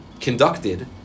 conducted